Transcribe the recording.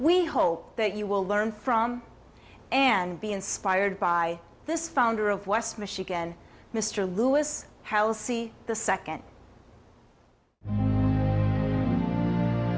we hope that you will learn from and be inspired by this founder of west michigan mr louis halsey the second